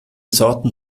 sorten